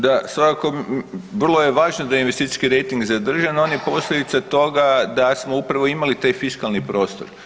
Da, svakako, vrlo je važno da je investicijski rejting zadržan, on je posljedica toga da smo upravo imali taj fiskalni prostor.